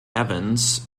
evans